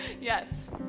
Yes